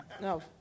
No